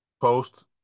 post